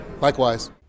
Likewise